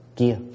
kia